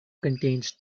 contains